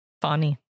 Funny